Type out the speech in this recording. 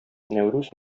нәүрүз